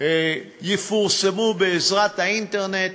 יפורסמו בעזרת האינטרנט,